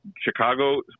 Chicago